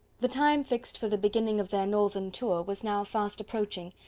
the time fixed for the beginning of their northern tour was now fast approaching,